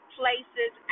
places